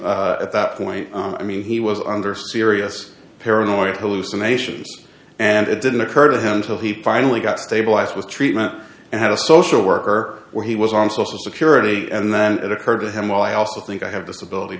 mind at that point i mean he was under serious paranoia hallucinations and it didn't occur to him until he finally got stabilized with treatment and had a social worker where he was on social security and then it occurred to him well i also think i have this ability